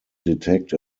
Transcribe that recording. detect